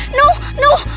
no no,